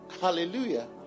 Hallelujah